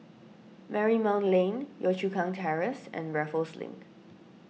Marymount Lane Yio Chu Kang Terrace and Raffles Link